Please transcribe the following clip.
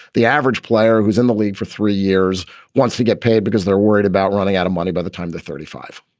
the average player who's in the league for three years wants to get paid because they're worried about running out of money by the time the thirty five